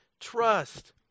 trust